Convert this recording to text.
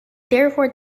therefore